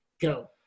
Go